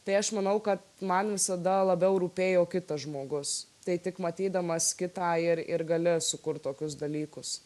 tai aš manau kad man visada labiau rūpėjo kitas žmogus tai tik matydamas kitą ir ir gali sukurt tokius dalykus